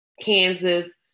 kansas